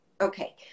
Okay